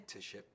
Mentorship